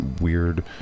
weird